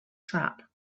trap